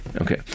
Okay